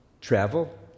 travel